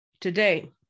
today